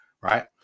right